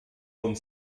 rund